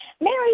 Mary